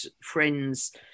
friends